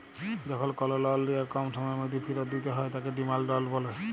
যখল call loan লিয়ার কম সময়ের ম্যধে ফিরত দিতে হ্যয় তাকে ডিমাল্ড লল ব্যলে